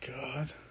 God